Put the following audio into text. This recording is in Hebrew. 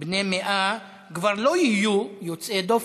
בני 100 כבר לא יהיו יוצאי דופן.